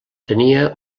tenia